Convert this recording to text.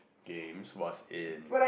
games was in